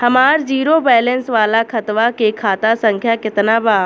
हमार zero balance वाला खतवा के खाता संख्या केतना बा?